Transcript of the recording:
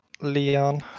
Leon